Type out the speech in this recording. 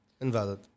Invalid